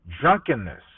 drunkenness